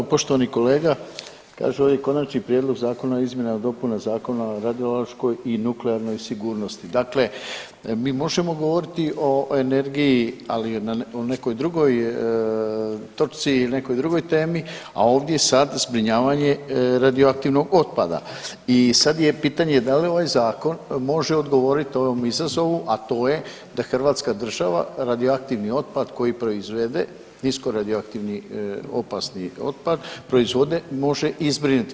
Evo, poštovani kolega kažu ovi Konačni prijedlog Zakona o izmjenama i dopunama Zakona o radiološkoj i nuklearnoj sigurnosti, dakle mi možemo govoriti o energiji, ali o nekoj drugoj točci i nekoj drugoj temi, a ovdje sad zbrinjavanje radioaktivnog otpada i sad je pitanje da li ovaj zakon može odgovorit ovom izazovu, a to je da Hrvatska država radioaktivni otpad koji proizvede, niskoradioaktivni opasni otpad, proizvode može i zbrinuti.